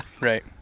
Right